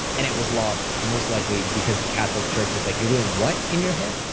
and it was lost most likely because the catholic church is like, you're doing what in your head.